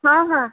ହଁ ହଁ